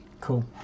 Cool